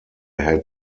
had